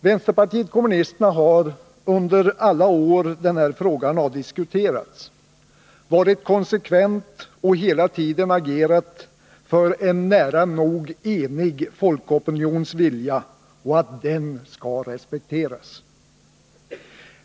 Vänsterpartiet kommunisterna har under alla år som den här frågan har diskuterats varit konsekvent och hela tiden agerat för en nära nog enig folkopinions mening och för att denna folkopinions vilja skall respekteras.